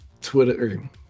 Twitter